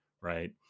right